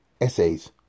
essays